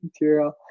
material